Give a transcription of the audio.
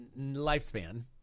lifespan